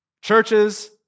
Churches